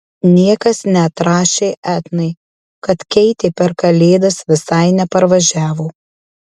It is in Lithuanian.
niekas neatrašė etnai kad keitė per kalėdas visai neparvažiavo